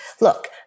Look